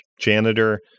janitor